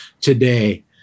today